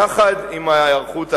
יחד עם ההיערכות האחרת.